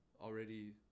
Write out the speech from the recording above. already